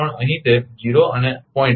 3 અહીં તે 0 અને 0